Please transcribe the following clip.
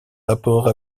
rapports